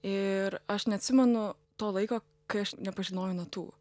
ir aš neatsimenu to laiko kai aš nepažinojau natų